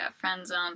friend-zoned